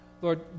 Lord